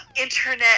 internet